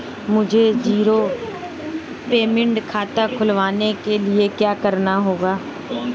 मुझे zero payment खाता खुलवाने के लिए क्या करना होगा?